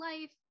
life